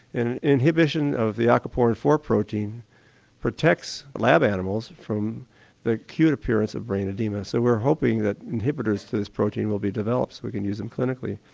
and inhibition of the acquapori four protein protects lab animals from the acute appearance of brain oedema, so we're hoping that inhibitors to this protein will be developed, we could use them clinically.